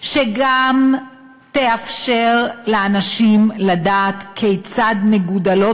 שגם תאפשר לאנשים לדעת כיצד מגודלות